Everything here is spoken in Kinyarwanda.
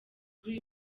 kuri